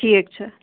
ٹھیٖک چھُ